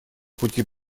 пути